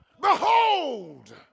behold